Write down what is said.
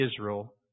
Israel